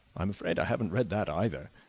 i am afraid i haven't read that, either,